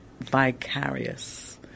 vicarious